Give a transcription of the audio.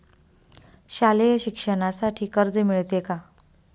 शालेय शिक्षणासाठी कर्ज मिळते का?